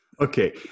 Okay